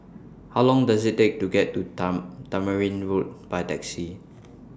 How Long Does IT Take to get to Tamarind Road By Taxi